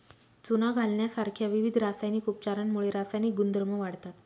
चुना घालण्यासारख्या विविध रासायनिक उपचारांमुळे रासायनिक गुणधर्म वाढतात